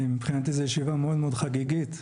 מבחינתי זו ישיבה מאוד מאוד חגיגית.